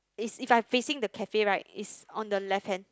is if I facing the cafe right is on the left hand